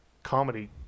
comedy